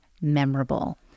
memorable